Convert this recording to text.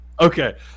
Okay